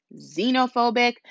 xenophobic